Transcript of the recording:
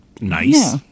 nice